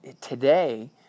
today